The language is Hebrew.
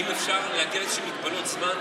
האם אפשר להגיע לאיזשהן מגבלות זמן,